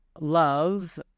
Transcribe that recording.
love